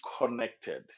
connected